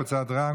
קבוצת רע"מ,